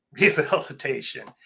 rehabilitation